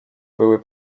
były